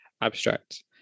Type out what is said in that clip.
abstract